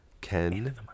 Ken